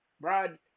Brad